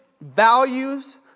values